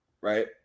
right